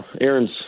Aaron's